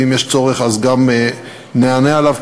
ואם יש צורך אז נענה עליו,